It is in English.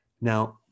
Now